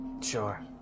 Sure